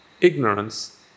Ignorance